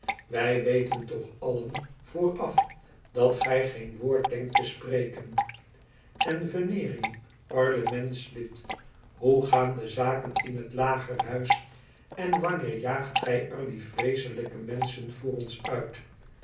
wij weten toch allen vooraf dat gij geen woord denkt te spreken en vsneering parlementslid hoe gaan de zaken in het lagerhuis en wanneer jaagt gij er die vreeselijke menschen voor ons uit